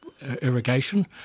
irrigation